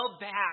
back